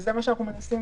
וזה מה שאנחנו מנסים,